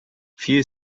few